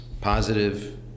positive